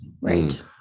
right